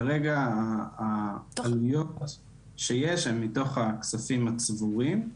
כרגע העלויות שיש הם מתוך הכספים הצבורים.